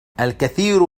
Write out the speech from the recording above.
الكثير